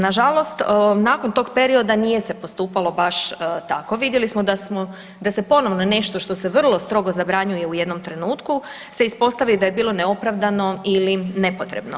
Nažalost nakon tog perioda nije se postupalo baš tako, vidjeli smo da se ponovno nešto što se vrlo strogo zabranjuje u jednom trenutku se ispostavi da je bilo neopravdano ili nepotrebno.